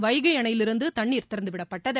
வைகை அணையிலிருந்து தண்ணீர் திறந்துவிடப்பட்டது